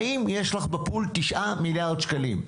האם יש לך בפול תשעה מיליארד שקלים?